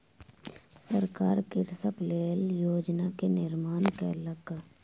सरकार कृषक के लेल योजना के निर्माण केलक